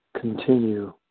continue